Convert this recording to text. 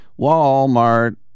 Walmart